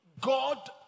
God